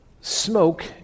smoke